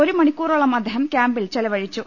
ഒരു മണിക്കൂറോളം അദ്ദേഹം ക്യാമ്പിൽ ചെലവഴിച്ചു